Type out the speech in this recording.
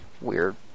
weird